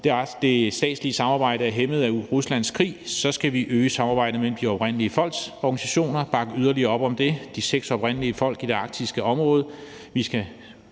det statslige samarbejde er hæmmet af Ruslands krig, skal vi øge samarbejdet mellem de oprindelige folks organisationer og bakke yderligere op om det. Med hensyn til de seks oprindelige folk i det arktiske område